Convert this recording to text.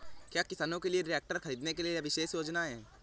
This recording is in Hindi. क्या किसानों के लिए ट्रैक्टर खरीदने के लिए विशेष योजनाएं हैं?